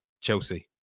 Chelsea